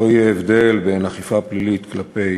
לא יהיה הבדל בין אכיפה פלילית כלפי